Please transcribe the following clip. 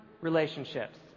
relationships